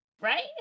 right